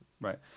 Right